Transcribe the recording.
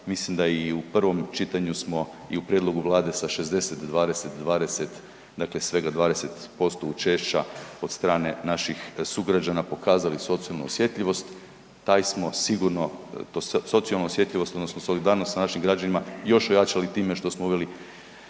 mislim da i u prvom čitanju smo i u prijedlogu Vlade sa 60, 20, 20, dakle svega 20% učešća od strane naših sugrađana pokazali socijalnu osjetljivost, taj smo sigurno, socijalnu osjetljivost odnosno solidarnost sa našim građanima još ojačali time smo uveli